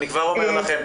אני כבר אומר לכם,